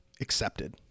accepted